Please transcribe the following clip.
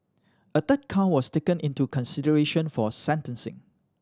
a third count was taken into consideration for sentencing